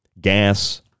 gas